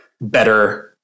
better